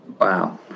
Wow